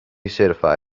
certified